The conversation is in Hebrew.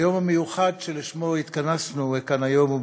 היום המיוחד שלשמו התכנסנו כאן היום הוא